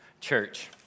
church